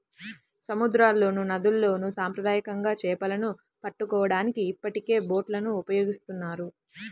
సముద్రాల్లోనూ, నదుల్లోను సాంప్రదాయకంగా చేపలను పట్టుకోవడానికి ఇప్పటికే బోట్లను ఉపయోగిస్తున్నారు